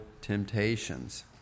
temptations